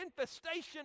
infestation